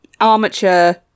armature